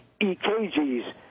EKGs